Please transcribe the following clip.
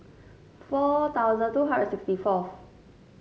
four thousand two hundred sixty fourth